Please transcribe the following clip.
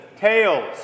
tails